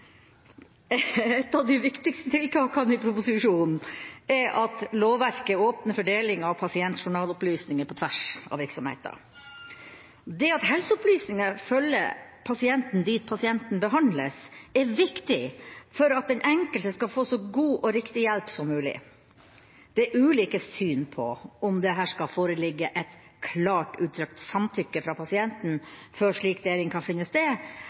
Et av de viktigste tiltakene i proposisjonen er at lovverket åpner for deling av pasientjournalopplysninger på tvers av virksomheter. Det at helseopplysninger følger pasienten dit pasienten behandles, er viktig for at den enkelte skal få så god og riktig hjelp som mulig. Det er ulike syn på om det her skal foreligge et klart uttrykt samtykke fra pasienten før slik deling kan finne sted,